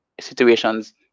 situations